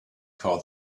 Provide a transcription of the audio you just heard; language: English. call